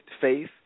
faith